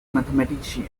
mathematician